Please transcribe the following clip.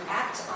act